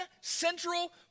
central